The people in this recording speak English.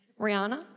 Rihanna